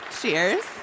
Cheers